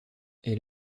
est